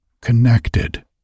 connected